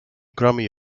grammy